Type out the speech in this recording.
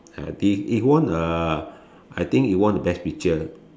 I think it won uh I think it won the best picture